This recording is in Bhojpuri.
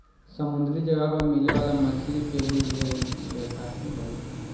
समुंद्री जगह पर मिले वाला मछली के भी ढेर लेखा के होले